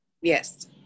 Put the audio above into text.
Yes